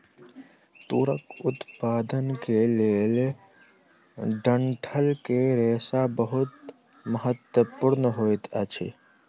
तूरक उत्पादन के लेल डंठल के रेशा बहुत महत्वपूर्ण होइत अछि